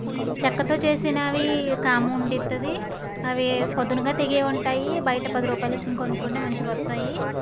చెక్కతో చేసినవి కామ ఉండుతుంది అవి పొదునుగా తెగేవి ఉంటాయి అవి బయట పది రూపాయలు ఇచ్చి కొనుక్కుంటే మంచిగా వస్తాయి